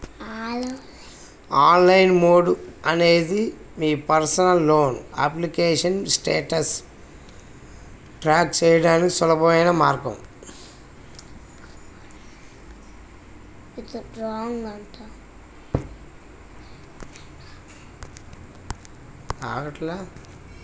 online mode అనేది మీ personal loan application స్టేటస్ను ట్రాక్ చేయడానికి సులభమైన మార్గం